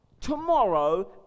tomorrow